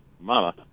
Mama